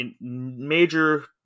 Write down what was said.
major